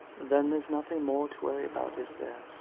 then theres nothing more to worry about, is there?